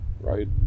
right